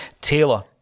Taylor